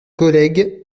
collègues